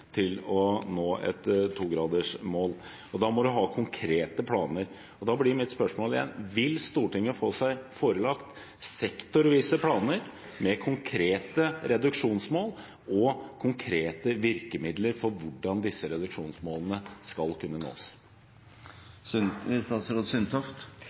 til å nå et 2-gradersmål. Da må man ha konkrete planer. Og da blir mitt spørsmål igjen: Vil Stortinget få seg forelagt sektorvise planer med konkrete reduksjonsmål og konkrete virkemidler for hvordan disse reduksjonsmålene skal kunne